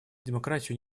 демократию